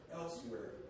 elsewhere